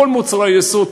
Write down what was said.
כל מוצרי היסוד,